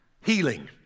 healing